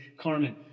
Carmen